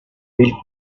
bill